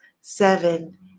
seven